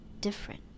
different